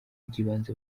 by’ibanze